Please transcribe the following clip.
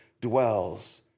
dwells